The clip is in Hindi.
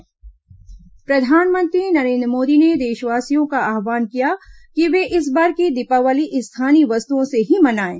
प्रधानमंत्री आव्हान प्रधानमंत्री नरेंद्र मोदी ने देशवासियों का आव्हान किया है कि वे इस बार की दीपावली स्थानीय वस्तुओं से ही मनाएं